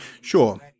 sure